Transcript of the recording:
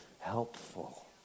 helpful